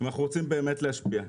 אם אנחנו רוצים באמת להשפיע,